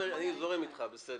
אני זורם אתך, בסדר.